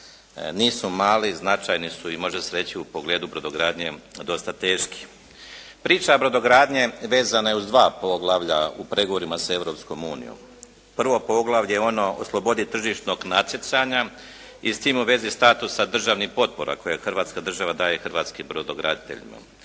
nisu mali, značajni su i može se reći u pogledu brodogradnje dosta teški. Priča brodogradnje vezana je uz dva poglavlja u pregovorima sa Europskom unijom. Prvo poglavlje je ono o slobodi tržišnog natjecanja i s tim u vezi statusa državnih potpora koje Hrvatska država daje hrvatskim brodograditeljima.